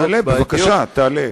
בבקשה, תעלה.